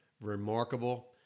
remarkable